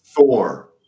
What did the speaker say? Thor